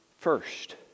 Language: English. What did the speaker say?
first